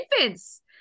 infants